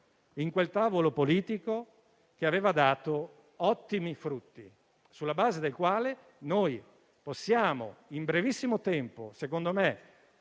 in quel tavolo politico che aveva dato ottimi frutti, sulla base del quale in brevissimo tempo, secondo me